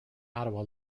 ottawa